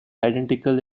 identical